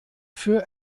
für